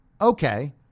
okay